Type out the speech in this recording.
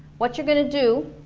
what you're gonna do.